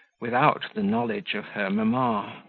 without the knowledge of her mamma.